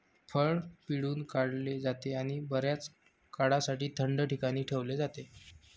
फळ पिळून काढले जाते आणि बर्याच काळासाठी थंड ठिकाणी ठेवले जाते